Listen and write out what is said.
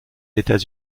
états